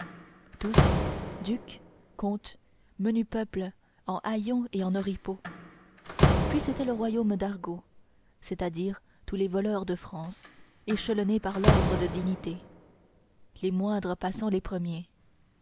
tous duc comtes menu peuple en haillons et en oripeaux puis c'était le royaume d'argot c'est-à-dire tous les voleurs de france échelonnés par ordre de dignité les moindres passant les premiers